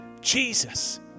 Jesus